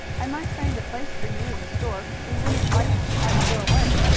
i might find a place for you in the store. we wouldn't like to have you go away.